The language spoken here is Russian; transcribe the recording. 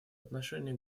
отношении